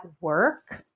work